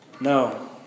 no